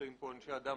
נמצאים פה אנשי אדם,